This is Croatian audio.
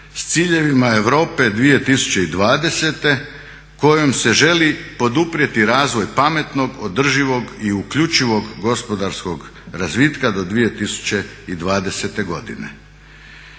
s ciljevima Europe 2020.kojom se želi poduprijeti razvoj pametnog, održivog i uključivog gospodarskog razvitka do 2020.godine.